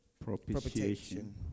propitiation